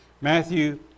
Matthew